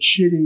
shitty